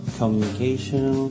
communication